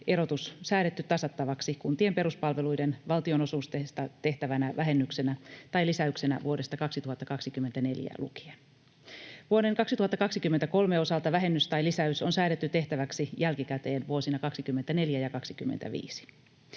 erotus säädetty tasattavaksi kuntien peruspalveluiden valtionosuudesta tehtävänä vähennyksenä tai lisäyksenä vuodesta 2024 lukien. Vuoden 2023 osalta vähennys tai lisäys on säädetty tehtäväksi jälkikäteen vuosina 24 ja 25.